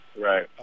right